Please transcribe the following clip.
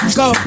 go